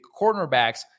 cornerbacks